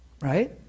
Right